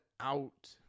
out